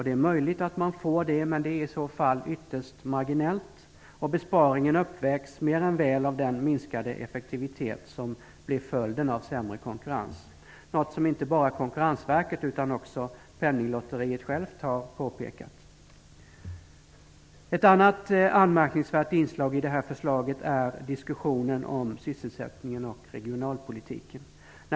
Det är möjligt att man får det, men de är i så fall ytterst marginella, och besparingen uppvägs mer än väl av den minskade effektivitet som blir följden av sämre konkurrens. Detta är något som inte bara Konkurrensverket utan också Penninglotteriet självt har påpekat. Ett annat anmärkningsvärt inslag i det här förslaget är diskussionen om sysselsättningen och regionalpolitiken.